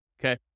Okay